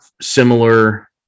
similar